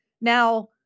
Now